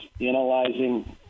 analyzing